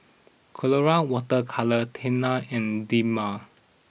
Colora Water Colours Tena and Dermale